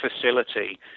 facility